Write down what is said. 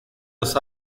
los